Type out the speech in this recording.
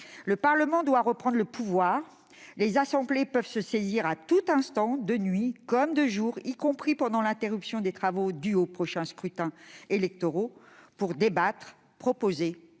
le Parlement doit reprendre le pouvoir. Les assemblées peuvent être saisies à tout instant, de nuit comme de jour, y compris pendant l'interruption des travaux liée aux prochains scrutins électoraux, pour débattre, proposer,